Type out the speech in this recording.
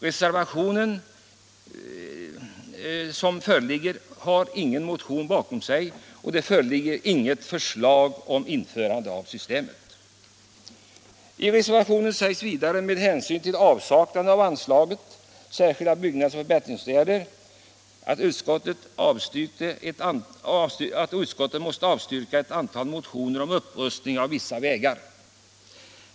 Det finns ingen motion till grund för reservationen, och det föreligger inget förslag om återinförande av systemet. I reservationen sägs vidare att utskottet med hänsyn till avsaknaden av anslaget Särskilda byggnads och förbättringsåtgärder måste avstyrka ett antal motioner om upprustning av vissa vägar.